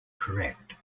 correct